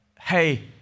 hey